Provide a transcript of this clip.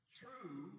true